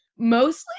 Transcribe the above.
mostly